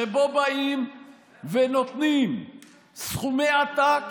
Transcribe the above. שבו באים ונותנים סכומי עתק